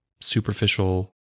superficial